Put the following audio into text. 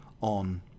on